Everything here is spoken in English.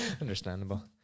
Understandable